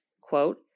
quote